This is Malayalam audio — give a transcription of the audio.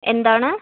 എന്താണ്